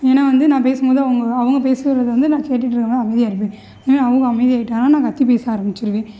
ஏன்னால் வந்து நான் பேசும் போது அவங்களும் அவங்க பேசுவது வந்து நான் கேட்டுகிட்டுருக்கும்போது அமைதியாக இருப்பேன் இல்லை அவங்க அமைதியாயிட்டாங்கன்னால் நான் கத்திப் பேச ஆரமிச்சுருவேன்